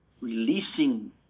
releasing